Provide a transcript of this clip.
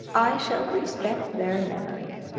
i shall respect their memory.